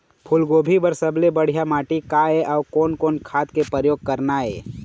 फूलगोभी बर सबले बढ़िया माटी का ये? अउ कोन कोन खाद के प्रयोग करना ये?